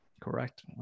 correct